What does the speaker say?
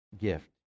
gift